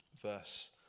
verse